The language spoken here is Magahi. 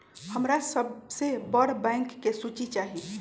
हमरा सबसे बड़ बैंक के सूची चाहि